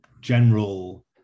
general